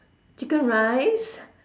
chicken rice